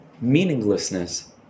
meaninglessness